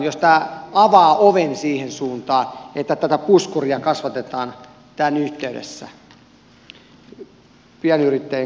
jos tämä avaa oven siihen suuntaan että tätä puskuria kasvatetaan tämän yhteydessä pienyrittäjien kustannuksella